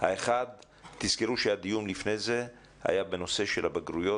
תזכרו שהדיון לפני זה היה בנושא של הבגרויות.